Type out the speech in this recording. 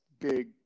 big